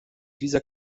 dieser